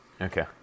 Okay